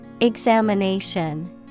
Examination